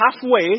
Halfway